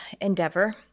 endeavor